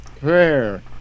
prayer